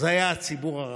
היה הציבור הרחב.